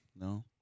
No